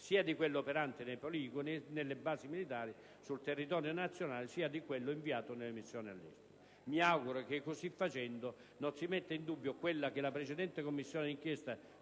sia di quello operante nei poligoni e nelle basi militari sul territorio nazionale sia di quello inviato nelle missioni all'estero». Mi auguro che così facendo non si metta in dubbio quello che la precedente Commissione d'inchiesta